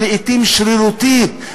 ולעתים שרירותית,